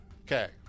okay